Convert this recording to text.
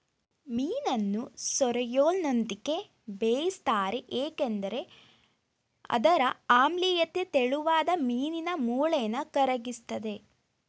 ಮೀನನ್ನು ಸೋರ್ರೆಲ್ನೊಂದಿಗೆ ಬೇಯಿಸ್ತಾರೆ ಏಕೆಂದ್ರೆ ಅದರ ಆಮ್ಲೀಯತೆ ತೆಳುವಾದ ಮೀನಿನ ಮೂಳೆನ ಕರಗಿಸ್ತದೆ